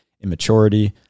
immaturity